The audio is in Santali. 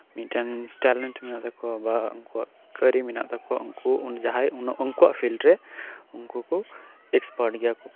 ᱢᱤᱫᱴᱮᱱ ᱴᱮᱞᱮᱱᱴ ᱢᱮᱱᱟᱜ ᱛᱟᱠᱚᱣᱟ ᱵᱟ ᱩᱱᱠᱩᱣᱟᱜ ᱠᱟᱹᱨᱤ ᱢᱮᱱᱟᱜ ᱛᱟᱠᱚᱣᱟ ᱩᱱᱠᱩ ᱡᱟᱦᱟᱸᱭ ᱩᱱᱠᱩᱣᱟᱜ ᱯᱷᱤᱞᱰ ᱨᱮ ᱩᱱᱠᱩᱠᱚ ᱮᱠᱥᱯᱟᱨᱴ ᱜᱮᱭᱟᱠᱚ